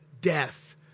death